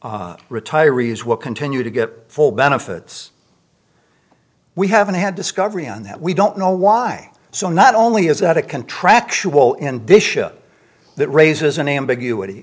retirees will continue to get full benefits we haven't had discovery on that we don't know why so not only is that a contractual in this show that raises an ambiguity